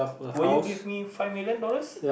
will give me five million dollars